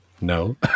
No